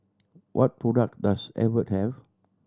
what product does Abbott have